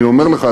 אני אומר לך,